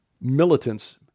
militants